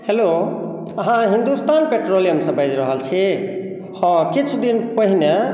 hello अहाँ Hindustan petroleum बाजि रहल छी हँ किछु दिन पहिने